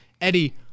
Eddie